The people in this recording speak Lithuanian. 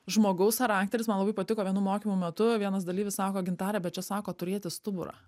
žmogaus charakteris man labai patiko vienų mokymų metu vienas dalyvis sako gintare bet čia sako turėti stuburą